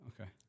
Okay